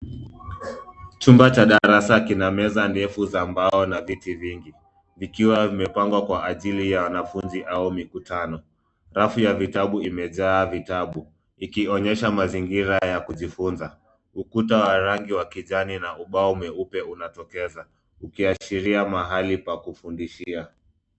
Chumba cha darasa kinameza defu za mbao viti vingi vikiwa vimepagwa kwa ajili ya wanafunzi au mikutano. Rafu ya vitabu imejaa vitabu ikionyesha mazingira ya kujifunza ukuta wa rangi ya kijani na ubao mweupe unatokeza ukiashiria mahali pa kufudishia.